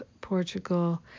Portugal